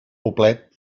poblet